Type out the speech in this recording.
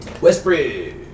Westbridge